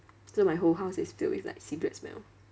so my whole house is filled with like cigarette smell